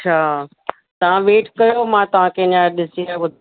अच्छा तव्हां वेट कयो मां तव्हां खे हीअंर ॾिसी करे ॿुधा